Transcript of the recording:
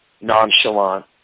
nonchalant